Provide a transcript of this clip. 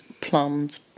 plums